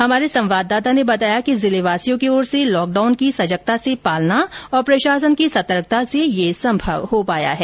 हमारे संवाददाता ने बताया कि जिलेवासियों की ओर से लॉकडाउन की सजगता से पालना और प्रशासन की सतर्कता से ये संभव हो पाया है